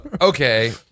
Okay